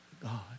God